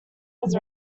was